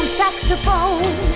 saxophone